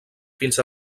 fins